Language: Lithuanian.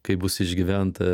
kai bus išgyventa